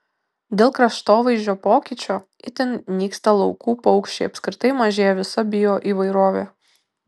dėl kraštovaizdžio pokyčio itin nyksta laukų paukščiai apskritai mažėja visa bioįvairovė